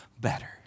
better